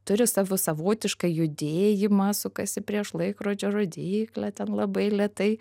turi savo savotišką judėjimą sukasi prieš laikrodžio rodyklę ten labai lėtai